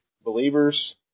believers